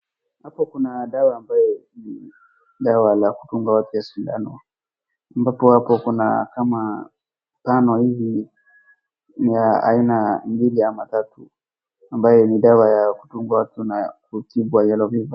Hapo kuna dawa ambaye ni dawa la kudunga watu ya sindano ambapo hapo kuna kama tano hivi na aina mbili ama tatu ambaye ni dawa ya kudunga watu na kutibu ya yellow fever .